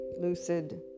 lucid